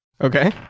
Okay